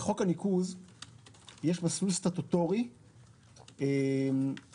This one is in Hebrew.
בחוק הניקוז יש מסלול סטטוטורי עצמאי,